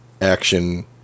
action